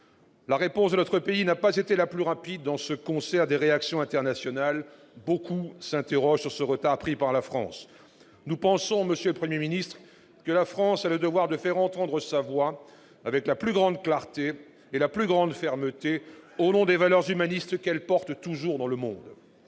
La réponse de notre pays n'a pas été la plus rapide dans ce concert des réactions internationales, et beaucoup s'interrogent sur ce retard pris par la France. Nous pensons pour notre part, monsieur le Premier ministre, que la France a le devoir de faire entendre sa voix avec la plus grande clarté et la plus grande fermeté, au nom des valeurs humanistes qu'elle porte toujours dans le monde.